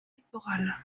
pectorales